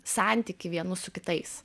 santykį vienų su kitais